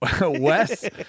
Wes